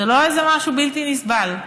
זה לא איזה משהו בלתי נסבל,